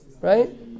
right